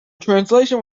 translation